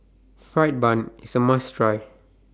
Fried Bun IS A must Try